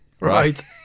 Right